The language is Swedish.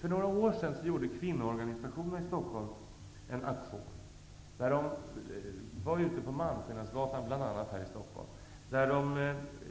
För några år sedan gjorde kvinnoorganisationerna i Stockholm en aktion, då de gick ut på bl.a. Malmskillnadsgatan och